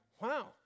Wow